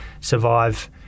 survive